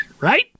Right